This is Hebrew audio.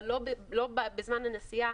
אבל לא בזמן הנסיעה.